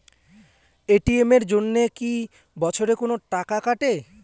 ATM এর জন্যে কি বছরে কোনো টাকা কাটে?